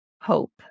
hope